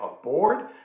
aboard